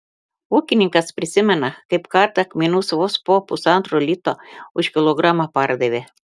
ūkininkas prisimena kaip kartą kmynus vos po pusantro lito už kilogramą pardavė